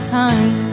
time